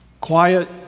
Quiet